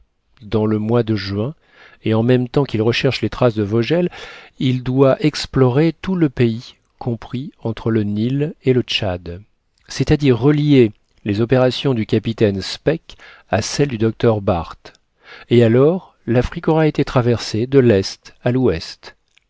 dans le mois de juin et en même temps qu'il recherche les traces de vogel il doit explorer tout le pays compris entre le nil et le tchad c'est-à-dire relier les opérations du capitaine speke à celles du docteur barth et alors l'afrique aura été traversée de l'est à l'ouest